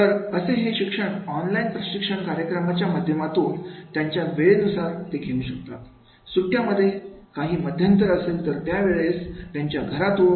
तर ते असे शिक्षण ऑनलाईन प्रशिक्षण कार्यक्रमाच्या माध्यमातून त्यांच्या वेळेनुसार घेऊ शकतात सुट्ट्यांमध्ये काही मध्यंतर असेल तर त्यावेळेस त्यांच्या घरातून